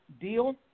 deal